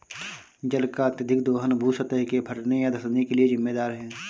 जल का अत्यधिक दोहन भू सतह के फटने या धँसने के लिये जिम्मेदार है